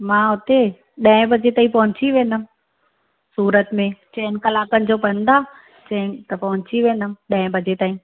मां हुते ॾहे बजे ताईं पहोंची वेंदमि सूरत में चइनि कलाकनि जो पंधि आहे चइनि त पहोंची वेंदमि ॾहे बजे ताईं